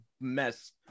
mess